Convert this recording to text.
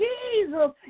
Jesus